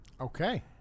Okay